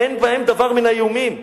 אין בהם דבר מן האיומים.